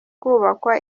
kubakwa